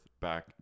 back